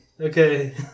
Okay